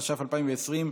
התש"ף 2020,